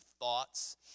thoughts